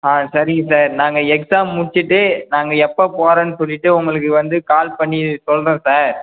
ஆ சரிங்க சார் நாங்கள் எக்ஸாம் முடிச்சுட்டு நாங்கள் எப்போ போகிறோன்னு சொல்லிட்டு உங்களுக்கு வந்து கால் பண்ணி சொல்கிறோம் சார்